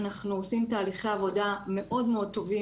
אנחנו עושים תהליכי עבודה מאוד מאוד טובים